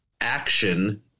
action